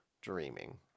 dreaming